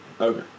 Okay